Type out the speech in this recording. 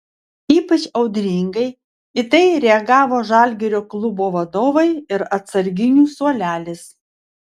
ypač audringai į tai reagavo žalgirio klubo vadovai ir atsarginių suolelis